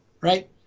right